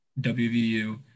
WVU